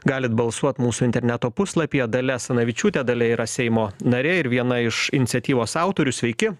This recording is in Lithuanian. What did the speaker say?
galit balsuot mūsų interneto puslapyje dalia asanavičiūtė dalia yra seimo narė ir viena iš iniciatyvos autorių sveiki